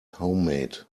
homemade